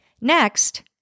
Next